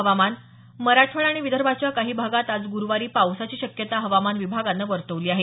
हवामान मराठवाडा आणि विदर्भाच्या काही भागांत आज गुरुवारी पावसाची शक्यता हवामान विभागानं वर्तवली आहे